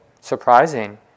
surprising